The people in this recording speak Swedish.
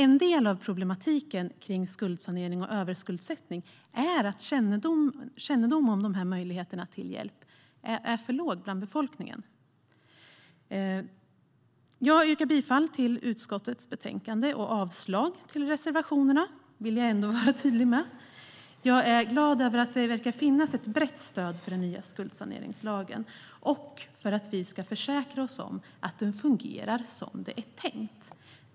En del av problematiken kring skuldsanering och överskuldsättning är nämligen att kännedomen om dessa möjligheter till hjälp är för liten bland befolkningen. Jag yrkar bifall till förslaget i utskottets betänkande och avslag på reservationerna. Jag är glad över att det verkar finnas ett brett stöd för den nya skuldsaneringslagen och för att vi ska försäkra oss om att den fungerar som det är tänkt.